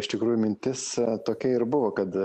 iš tikrųjų mintis tokia ir buvo kad